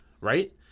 Right